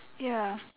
ya